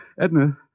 Edna